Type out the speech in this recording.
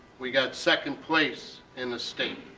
we got second place in the state.